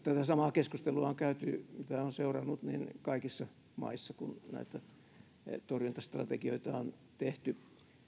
tätä samaa keskustelua on käyty mitä olen seurannut kaikissa maissa kun näitä torjuntastrategioita on tehty